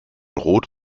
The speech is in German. rot